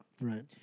Right